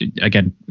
Again